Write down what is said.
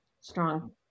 strong